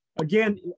Again